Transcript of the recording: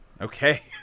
okay